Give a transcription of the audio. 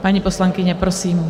Paní poslankyně, prosím.